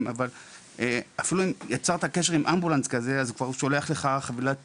אבל אפילו אם יצרת קשר עם אמבולנס כזה אז הוא שולח לך חבילת